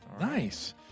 Nice